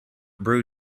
brew